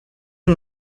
una